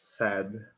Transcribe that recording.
sad